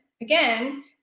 Again